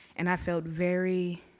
and i felt very